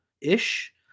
ish